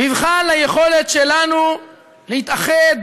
מבחן ליכולת שלנו להתאחד